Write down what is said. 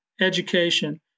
education